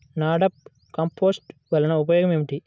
NADEP compost వలన ఉపయోగం ఏమిటి?